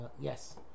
yes